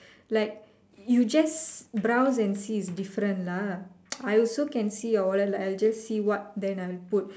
like you just browse and see is different lah I also can see your wallet like I'll just see what then I'll put